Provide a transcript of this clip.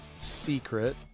secret